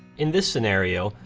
in this scenario,